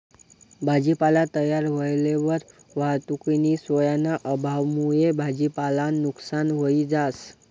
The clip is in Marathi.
भाजीपाला तयार व्हयेलवर वाहतुकनी सोयना अभावमुये भाजीपालानं नुकसान व्हयी जास